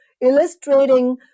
illustrating